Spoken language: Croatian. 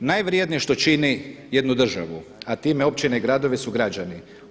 Najvrjednije što čini jednu državu, a time općine i gradove su građani.